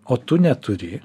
o tu neturi